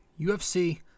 UFC